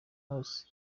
hose